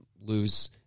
lose